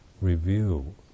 review